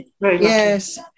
Yes